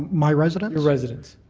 my residence? your residence.